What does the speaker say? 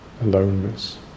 aloneness